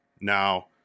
Now